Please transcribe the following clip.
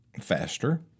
faster